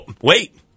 wait